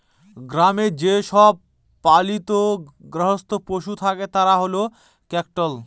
গ্রামে যে সব পালিত গার্হস্থ্য পশু থাকে তারা হল ক্যাটেল